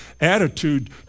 attitude